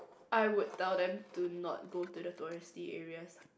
I would tell them do not go to the touristy area